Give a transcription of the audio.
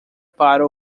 para